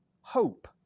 hope